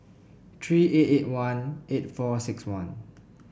three eight eight one eight four six one